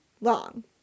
long